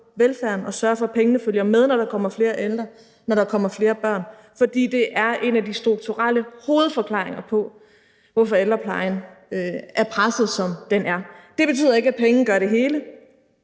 og sørge for, at pengene følger med, når der kommer flere ældre, og når der kommer flere børn. For det er en af de strukturelle hovedforklaringer på, at ældreplejen er presset, som den er. Det betyder ikke, at penge gør det hele